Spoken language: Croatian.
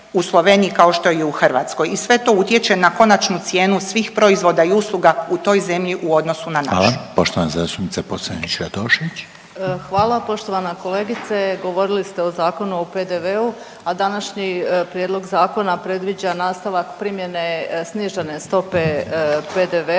u Sloveniji kao što je i u Hrvatskoj. I sve to utječe na konačnu cijenu svih proizvoda i usluga u toj zemlji u odnosu na našu. **Reiner, Željko (HDZ)** Hvala. Poštovana zastupnica Pocrnić-Radošević. **Pocrnić-Radošević, Anita (HDZ)** Hvala poštovana kolegice. Govorili ste o Zakonu o PDV-u, a današnji prijedlog zakona predviđa nastavak primjene snižene stope PDV-s